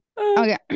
Okay